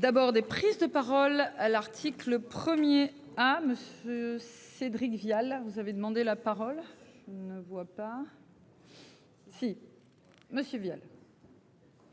D'abord des prises de parole à l'article 1er à. Cédric Vial. Vous avez demandé la parole, ne voit pas. Si Monsieur Vial.